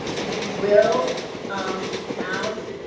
we will um have,